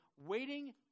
waiting